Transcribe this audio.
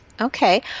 Okay